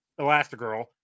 Elastigirl